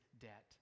debt